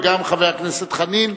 וגם חבר הכנסת חנין,